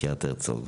בקריית הרצוג.